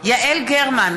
יעל גרמן,